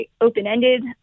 open-ended